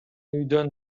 үйдөн